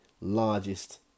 largest